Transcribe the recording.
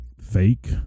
fake